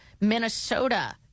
Minnesota